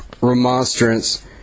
remonstrance